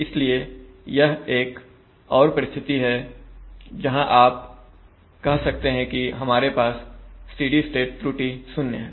इसलिए यह एक और परिस्थिति है जहां आप कह सकते है कि हमारे पास स्टेडी स्टेट त्रुटि शून्य है